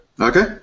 Okay